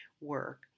work